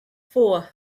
four